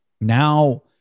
now